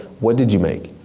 what did you make?